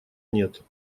нет